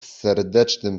serdecznym